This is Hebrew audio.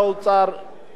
לא שכנעת אותי,